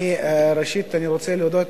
ראשית, אני רוצה להודות